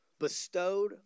bestowed